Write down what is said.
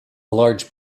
large